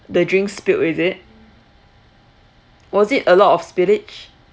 the drinks spilled is it was it a lot of spillage